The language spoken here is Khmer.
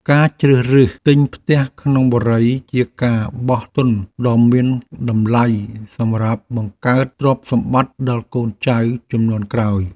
ការជ្រើសរើសទិញផ្ទះក្នុងបុរីជាការបោះទុនដ៏មានតម្លៃសម្រាប់បង្កើតទ្រព្យសម្បត្តិដល់កូនចៅជំនាន់ក្រោយ។